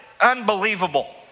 Unbelievable